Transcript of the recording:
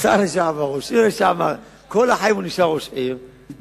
ששר לשעבר או ראש עיר לשעבר נשאר כל החיים שר או ראש עיר בדימוס.